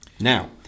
Now